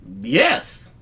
Yes